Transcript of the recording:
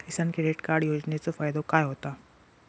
किसान credit card योजनेचो फायदो काय होता?